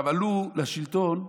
עלו לשלטון,